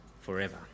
forever